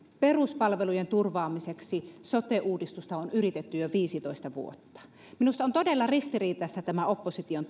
turvaamiseksi sote uudistusta on yritetty jo viisitoista vuotta minusta on todella ristiriitaista tämä opposition